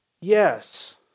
Yes